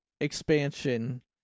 expansion